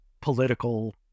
political